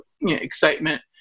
excitement